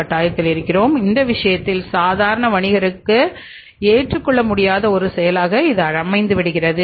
அந்த விஷயத்தில் சாதாரண வணிகருக்கு ஏற்றுக்கொள்ள முடியாத ஒரு செயலாக இது அமைந்து விடுகிறது